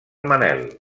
manel